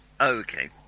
Okay